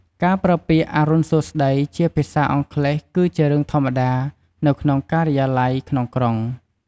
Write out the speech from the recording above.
ការប្រើពាក្យ "អរុណសួស្តី" ជាភាសាអង់គ្លេសគឺជារឿងធម្មតានៅក្នុងការិយាល័យក្នុងក្រុង។